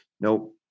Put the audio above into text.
Nope